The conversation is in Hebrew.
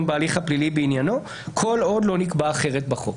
בהליך הפלילי בעניינו כל עוד לא נקבע אחרת בחוק".